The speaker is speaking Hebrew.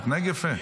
תתנהג יפה.